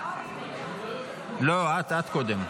את קודם.